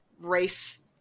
race